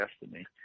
destiny